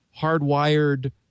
hardwired